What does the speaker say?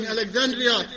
Alexandria